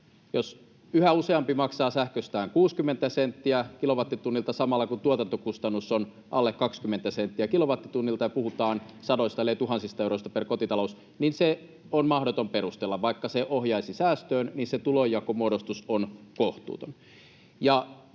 Jos yhä useampi maksaa sähköstään 60 senttiä kilowattitunnilta samalla, kun tuotantokustannus on alle 20 senttiä kilowattitunnilta — ja puhutaan sadoista, ellei tuhansista euroista per kotitalous — niin se on mahdoton perustella. Vaikka se ohjaisi säästöön, niin se tulonjakomuodostus on kohtuuton.